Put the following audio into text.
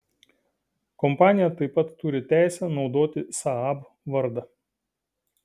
kompanija taip pat turi teisę naudoti saab vardą